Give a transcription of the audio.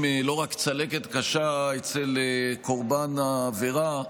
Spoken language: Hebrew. לא רק צלקת קשה אצל קורבן העבירה,